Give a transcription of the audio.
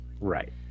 Right